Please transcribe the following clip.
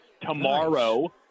tomorrow